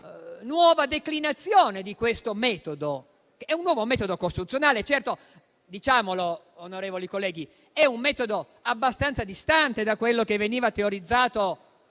nuova declinazione di questo metodo, che è un nuovo metodo costituzionale. Certo, diciamolo, onorevoli colleghi, è un metodo abbastanza distante da quello che veniva teorizzato